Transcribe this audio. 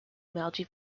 meiji